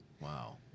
Wow